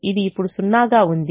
ఇది ఇప్పుడు 0 గా ఉంది